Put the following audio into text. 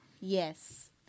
Yes